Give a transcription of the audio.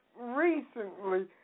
recently